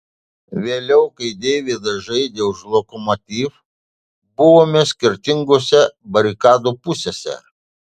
vėliau kai deividas žaidė už lokomotiv buvome skirtingose barikadų pusėse